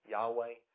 Yahweh